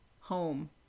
home